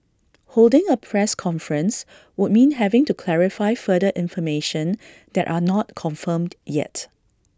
holding A press conference would mean having to clarify further information that are not confirmed yet